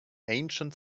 ancient